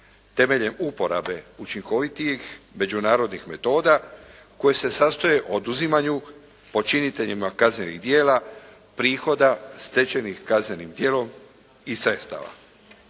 temeljem uporabe učinkovitih međunarodnih metoda koje se sastoji u oduzimanju počiniteljima kaznenih djela, prihoda, stečenih kaznenih djelom i sredstava.